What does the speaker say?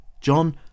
John